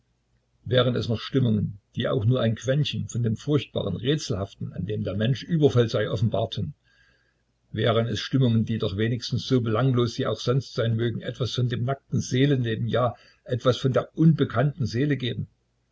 wären es noch stimmungen die auch nur ein quentchen von dem furchtbaren rätselhaften an dem der mensch übervoll sei offenbarten wären es stimmungen die doch wenigstens so belanglos sie auch sonst sein mögen etwas von dem nackten seelenleben ja etwas von der unbekannten seele geben